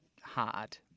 hard